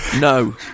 no